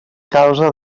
causa